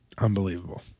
Unbelievable